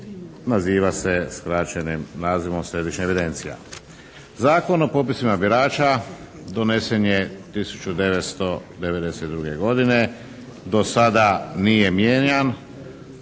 naziva se skračenim nazivom središnja evidencija. Zakon o popisima birača donesen je 1992. godine. Do sada nije mijenjan,